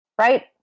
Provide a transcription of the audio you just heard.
right